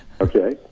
Okay